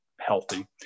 healthy